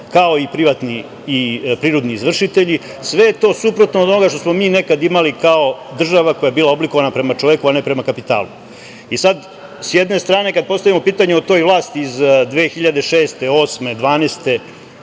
kao i prinudni izvršitelji, sve je to suprotno od onoga što smo mi nekad imali kao država koja je bila oblikovana prema čoveku, a ne prema kapitalu. Sad s jedne strane kada postavimo pitanje o toj vlasti iz 2006. godine, 2008.